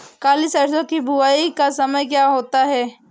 काली सरसो की बुवाई का समय क्या होता है?